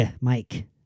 Mike